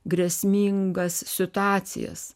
grėsmingas situacijas